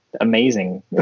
amazing